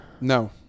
No